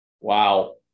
Wow